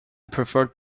preferred